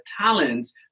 talents